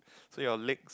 so your legs